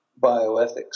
bioethics